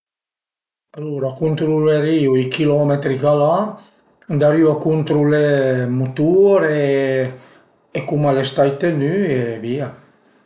Alura cuntrulerìu i chilometri ch'al a, andarìu a cuntrulé ël mutur e cum al e stait tenü e via